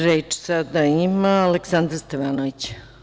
Reč sada ima Aleksandar Stevanović.